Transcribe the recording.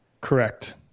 Correct